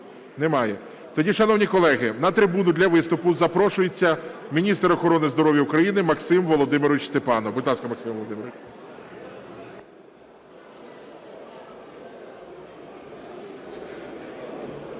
Немає. Тоді, шановні колеги, на трибуну для виступу запрошується міністр охорони здоров'я України Максим Володимирович Степанов.